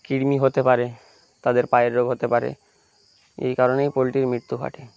কৃমি হতে পারে তাদের পায়ের রোগ হতে পারে এই কারণেই পোলট্রির মৃত্যু ঘটে